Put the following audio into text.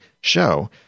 show